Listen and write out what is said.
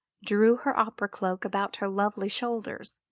drew her opera cloak about her lovely shoulders,